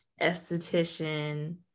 esthetician